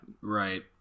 Right